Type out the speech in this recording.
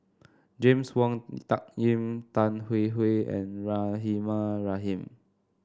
James Wong Tuck Yim Tan Hwee Hwee and Rahimah Rahim